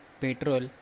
petrol